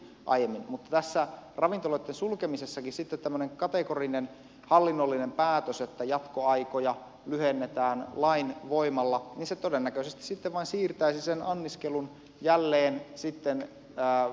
mutta tässä ravintoloitten sulkemisessakin sitten tämmöinen kategorinen hallinnollinen päätös että jatkoaikoja lyhennetään lain voimalla todennäköisesti sitten vain siirtäisi sen anniskelun jälleen koteihin